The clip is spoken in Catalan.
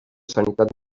sanitat